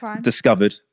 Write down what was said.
Discovered